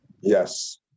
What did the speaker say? Yes